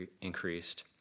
increased